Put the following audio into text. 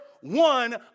one